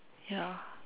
ya